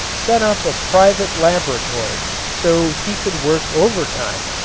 set up a private laboratory so he could work over-time.